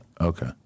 Okay